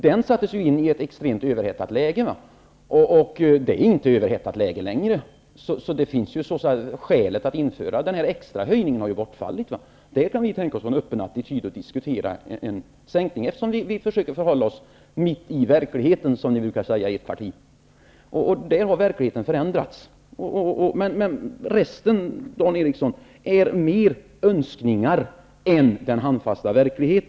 Den skatten infördes i ett extremt överhettat läge. Nu är läget inte överhettat längre, så skälet till skatten har bortfallit. I det fallet kan vi tänka oss en öppen attityd i syfte att diskutera en sänkning, eftersom vi försöker hålla oss mitt i verkligheten, som ni i ert parti brukar säga. Här har verkligheten som sagt förändrats. Resten, Dan Eriksson, handlar mer om önskningar än om handfast verklighet.